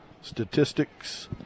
statistics